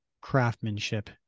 craftsmanship